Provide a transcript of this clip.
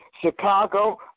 Chicago